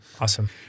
Awesome